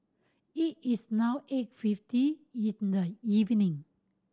it is now eight fifty in the evening